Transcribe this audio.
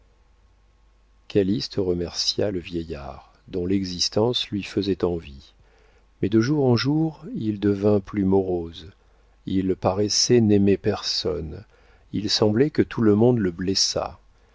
remercia le vieillard dont l'existence lui faisait envie mais de jour en jour il devint plus morose il paraissait n'aimer personne il semblait que tout le monde le blessât